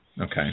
Okay